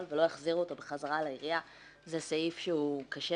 ולא יחזירו אותו בחזרה לעירייה זה סעיף שהוא קשה.